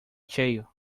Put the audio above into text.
cheio